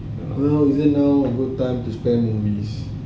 is it now a good time to spend on this